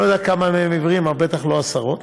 אני לא יודע כמה מהם עיוורים, אבל בטח לא עשרות,